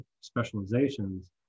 specializations